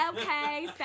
okay